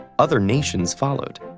other nations followed,